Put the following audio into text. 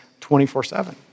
24-7